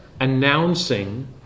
Announcing